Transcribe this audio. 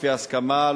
לפי הסכמה,